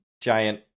giant